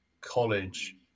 college